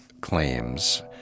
claims